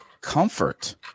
comfort